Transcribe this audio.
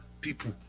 people